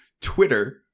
twitter